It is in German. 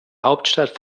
hauptstadt